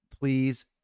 Please